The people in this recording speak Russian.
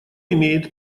имеет